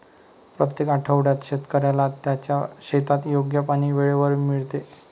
प्रत्येक आठवड्यात शेतकऱ्याला त्याच्या शेतात योग्य पाणी वेळेवर मिळते